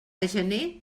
gener